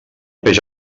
peix